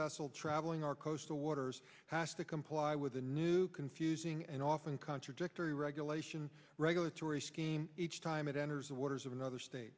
vessel traveling our coastal waters has to comply with a new confusing and often contradictory regulation regulatory scheme each time it enters the waters of another state